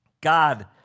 God